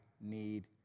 need